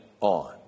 on